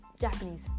japanese